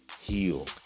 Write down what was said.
heal